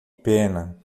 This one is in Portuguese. pena